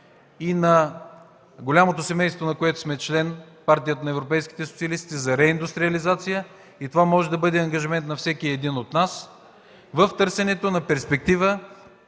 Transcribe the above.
и на голямото семейство, на което сме член – Партията на европейските социалисти, за реиндустриализация. Това може да бъде ангажимент на всеки един от нас в търсенето на перспектива